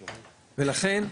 ולכן,